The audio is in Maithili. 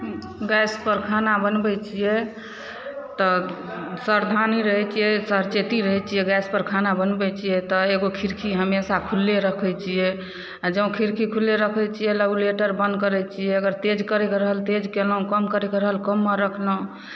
गैसपर खाना बनबै छियै तऽ सावधानी रहै छियै सरचेती रहै छियै गैसपर खाना बनबै छियै तऽ एगो खिड़की हमेशा खुलले रखै छियै आ जँ खिड़की खुलले रखै छियै रेगुलेटर बन्द करै छियै अगर तेज करयके रहल तेज कयलहुँ कम करयके रहल कममे रखलहुँ